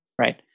right